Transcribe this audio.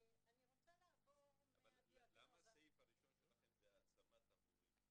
אבל למה הסעיף הראשון שלכם זה העצמת ההורים?